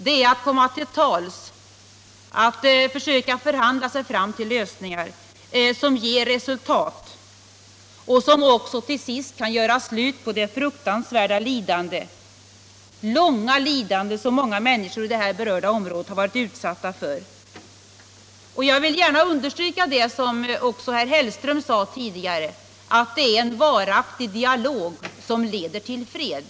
Det är att komma till tals, att försöka förhandla sig fram till lösningar, som ger resultat och som också till sist kan göra slut på det förfärliga, långa lidande som många människor i det här berörda området har varit utsatta för. Jag vill gärna understryka vad också herr Hellström sade tidigare, att det är en varaktig dialog som leder till fred.